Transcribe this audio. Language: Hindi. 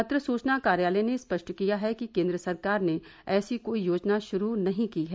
पत्र सुचना कार्यालय ने स्पष्ट किया है कि केंद्र सरकार ने ऐसी कोई योजना शुरू नहीं की है